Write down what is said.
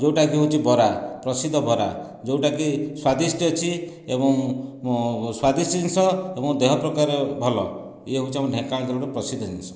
ଯେଉଁଟା କି ହେଉଛି ବରା ପ୍ରସିଦ୍ଧ ବରା ଯେଉଁଟା କି ସ୍ଵାଦିଷ୍ଟ ଅଛି ଏବଂ ସ୍ଵାଦିଷ୍ଟ ଜିନିଷ ଏବଂ ଦେହକୁ ପ୍ରକାର ଭଲ ଇଏ ହେଉଛି ଢେଙ୍କାନାଳର ଏକ ପ୍ରସିଦ୍ଧ ଜିନିଷ